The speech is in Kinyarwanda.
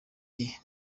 gihe